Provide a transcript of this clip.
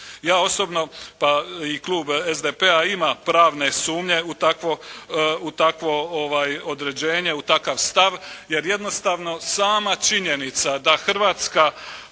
Ja osobno, pa i Klub SDP-a ima pravne sumnje u takvo određenje, u takav stav jer jednostavno sama činjenica da Hrvatska